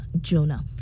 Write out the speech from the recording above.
Jonah